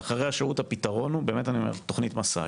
לאחרי השירות הפתרון הוא תוכנית "מסע",